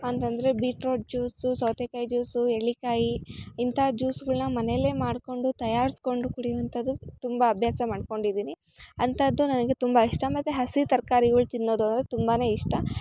ಅಂತಂದರೆ beetroot juice ಸೌತೆಕಾಯಿ juice ಎಳ್ಳಿಕಾಯಿ ಇಂಥ ಜ್ಯೂಸ್ಗಳ್ನ ಮನೆಯಲ್ಲೆ ಮಾಡಿಕೊಂಡು ತಯಾರಿಸ್ಕೊಂಡು ಕುಡಿಯುವಂಥದ್ದು ತುಂಬ ಅಭ್ಯಾಸ ಮಾಡಿಕೊಂಡಿದಿನಿ ಅಂಥದ್ದು ನನಗೆ ತುಂಬ ಇಷ್ಟ ಮತ್ತು ಹಸಿ ತರ್ಕಾರಿಗಳು ತಿನ್ನೋದು ಅಂದರೆ ತುಂಬಾ ಇಷ್ಟ